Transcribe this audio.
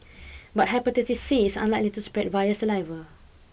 but hepatitis C is unlikely to spread via saliva